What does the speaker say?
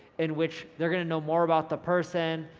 in which they're gonna know more about the person,